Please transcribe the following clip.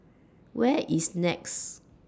Where IS Nex